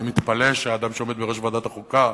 ואני מתפלא שהאדם שעומד בראש ועדת החוקה,